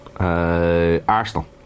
Arsenal